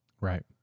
Right